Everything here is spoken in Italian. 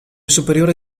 superiore